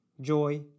joy